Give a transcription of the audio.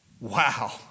Wow